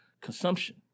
consumption